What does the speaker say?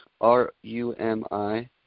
R-U-M-I